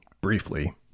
Briefly